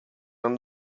non